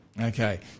Okay